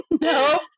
no